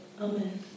Amen